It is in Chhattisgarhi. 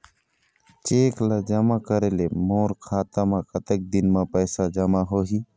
चेक ला जमा करे ले मोर खाता मा कतक दिन मा पैसा जमा होही?